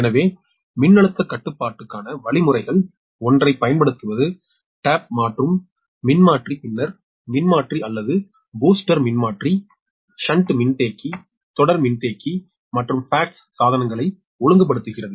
எனவே மின்னழுத்தக் கட்டுப்பாட்டுக்கான வழிமுறைகள் ஒன்றைப் பயன்படுத்துவது டேப் மாற்றும் மின்மாற்றி பின்னர் மின்மாற்றி அல்லது பூஸ்டர் மின்மாற்றி ஷன்ட் மின்தேக்கி தொடர் மின்தேக்கி மற்றும் FACTS சாதனங்களை ஒழுங்குபடுத்துகிறது